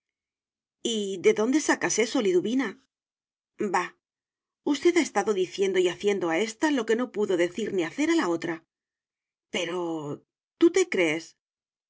de dónde sacas eso liduvina bah usted ha estado diciendo y haciendo a ésta lo que no pudo decir ni hacer a la otra pero tú te crees